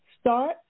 Start